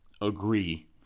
agree